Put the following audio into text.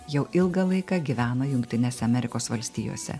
jau ilgą laiką gyvena jungtinėse amerikos valstijose